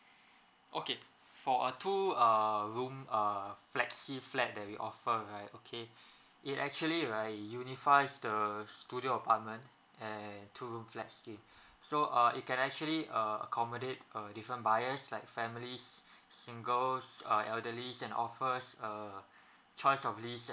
okay for a two err room err flexi flat that we offer right okay it actually right unifies the studio apartment and two room flat scheme so err it can actually uh accommodate uh different buyers like families singles uh elderlies and offers a choice of lease